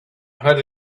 had